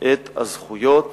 את הזכויות